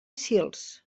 sils